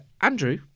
Andrew